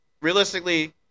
realistically